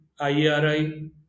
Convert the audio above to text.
IARI